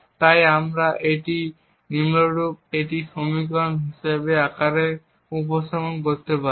তাই আমরা এটিকে নিম্নরূপ একটি সমীকরণ আকারে উপস্থাপন করতে পারি